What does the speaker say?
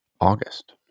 August